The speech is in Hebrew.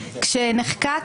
כשנחקק